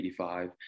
85